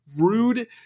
rude